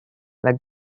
like